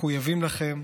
מחויבים לכם,